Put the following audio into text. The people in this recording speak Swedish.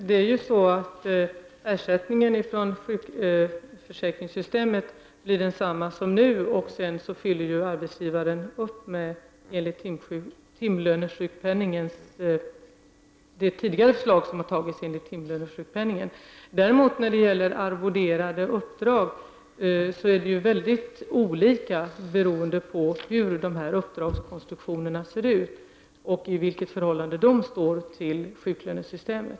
Herr talman! Ersättningen från sjukförsäkringssystemet blir densamma som nu. Sedan fyller arbetsgivaren upp enligt det förslag till timlönesjukpenning som tidigare antagits. När det däremot gäller arvoderade uppdrag är det mycket olika beroende på hur uppdragskonstruktionerna ser ut och i vilket förhållande de står till sjuklönesystemet.